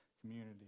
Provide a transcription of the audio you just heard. community